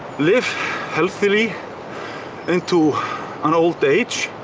live healthily into an old age,